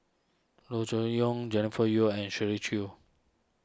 Loo Choon Yong Jennifer Yeo and Shirley Chew